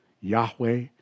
Yahweh